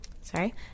Sorry